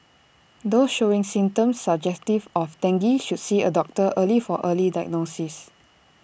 those showing symptoms suggestive of dengue should see A doctor early for early diagnosis